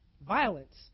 Violence